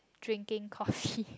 drinking coffee